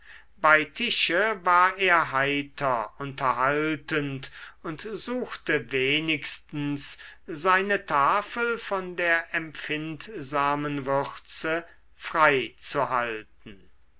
bei tische war er heiter unterhaltend und suchte wenigstens seine tafel von der empfindsamen würze frei